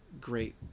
great